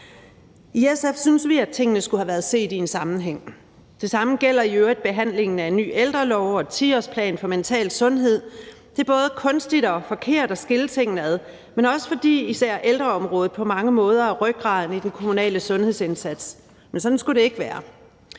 I SF synes vi, at tingene skulle have været set i en sammenhæng. Det samme gælder i øvrigt behandlingen af en ny ældrelov og en 10-årsplan for mental sundhed. Det er både kunstigt og forkert at skille tingene ad, også fordi ældreområdet på mange måder er rygraden i den kommunale sundhedsindsats. Men sådan skulle det ikke være.